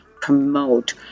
promote